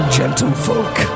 gentlefolk